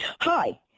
Hi